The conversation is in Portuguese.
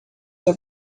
ser